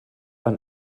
man